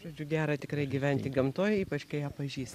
žodžiu gera tikrai gyventi gamtoj ypač kai ją pažįsti